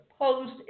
opposed